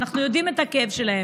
ואנחנו יודעים את הכאב שלהם,